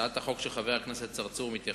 והצעת החוק של חבר הכנסת צרצור מתייחסת